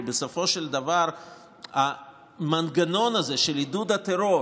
כי בסופו של דבר המנגנון הזה של עידוד הטרור